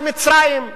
אז מצרים,